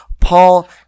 Paul